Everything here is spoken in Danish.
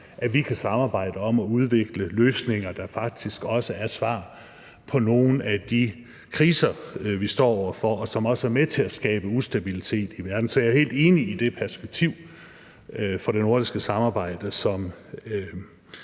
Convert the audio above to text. at vi kan samarbejde om at udvikle løsninger, der faktisk også er svar på nogle af de kriser, vi står over for, og som også er med til at skabe ustabilitet i verden. Så jeg er helt enig i det perspektiv for det nordiske samarbejde,